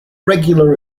regular